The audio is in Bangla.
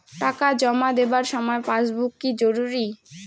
টাকা জমা দেবার সময় পাসবুক কি জরুরি?